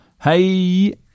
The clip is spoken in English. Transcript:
Hey